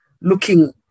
looking